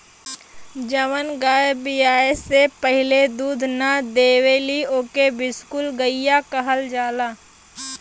जवन गाय बियाये से पहिले दूध ना देवेली ओके बिसुकुल गईया कहल जाला